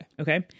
Okay